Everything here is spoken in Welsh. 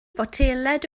botelaid